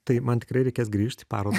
tai man tikrai reikės grįžt į parodą